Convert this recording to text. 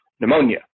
pneumonia